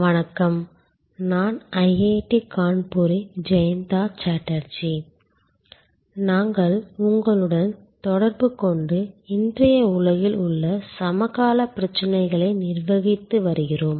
வணக்கம் நான் ஐஐடி கான்பூரின் ஜெயந்தா சாட்டர்ஜி நாங்கள் உங்களுடன் தொடர்புகொண்டு இன்றைய உலகில் உள்ள சமகாலப் பிரச்சினைகளை நிர்வகித்து வருகிறோம்